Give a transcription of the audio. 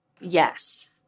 Yes